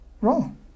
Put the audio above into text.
Wrong